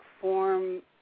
form